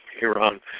Iran